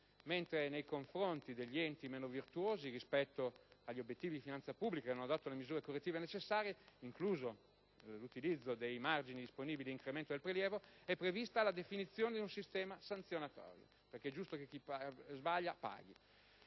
mentre nei confronti degli enti meno virtuosi rispetto agli obiettivi di finanza pubblica e che non adottano le misure correttive necessarie, incluso l'utilizzo dei margini disponibili di incremento del prelievo, è prevista la definizione di un sistema sanzionatorio (perché è giusto che chi sbaglia paghi),